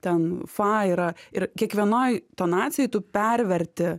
ten fa yra ir kiekvienoj tonacijoj tu perverti